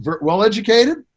well-educated